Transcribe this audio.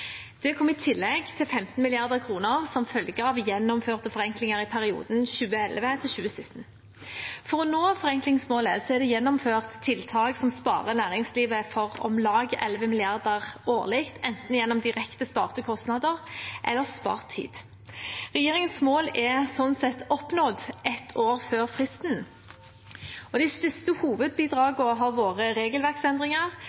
15 mrd. kr som følge av gjennomførte forenklinger i perioden 2011–2017. For å nå forenklingsmålet er det gjennomført tiltak som sparer næringslivet for om lag 11 mrd. kr årlig, enten gjennom direkte sparte kostnader eller spart tid. Regjeringens mål er sånn sett oppnådd ett år før fristen, og de største